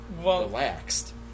relaxed